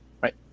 Right